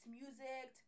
music